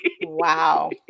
Wow